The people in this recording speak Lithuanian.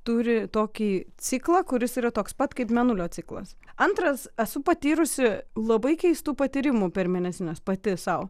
turi tokį ciklą kuris yra toks pat kaip mėnulio ciklas antras esu patyrusi labai keistų patyrimų per mėnesines pati sau